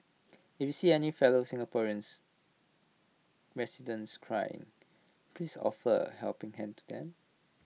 if see any fellow Singaporeans residents crying please offer A helping hand to them